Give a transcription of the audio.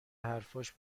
حرفاش